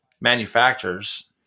manufacturers